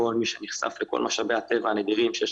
כל מי שנחשף לכל משאבי הטבע הנדירים שיש